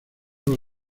los